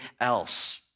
else